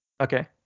okay